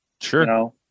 Sure